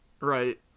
right